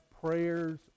prayers